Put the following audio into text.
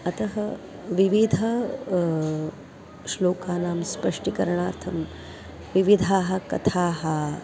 अतः विविधः श्लोकानां स्पष्टीकरणार्थं विविधाः कथाः